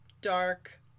dark